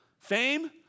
Fame